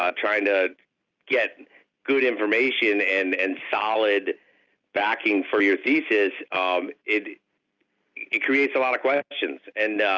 ah trying to get good information and and solid backing for your thesis um it it creates a lot of questions. and